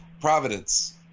Providence